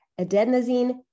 adenosine